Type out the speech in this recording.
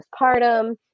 postpartum